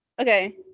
okay